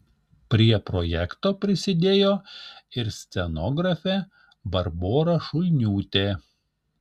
prie projekto prisidėjo ir scenografė barbora šulniūtė